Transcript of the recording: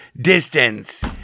Distance